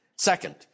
Second